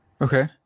Okay